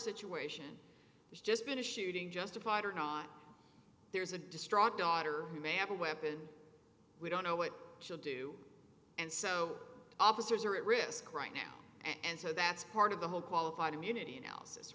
situation has just been a shooting justified or not there's a distraught daughter who may have a weapon we don't know what she'll do and so officers are at risk right now and so that's part of the whole qualified immunity and